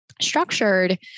structured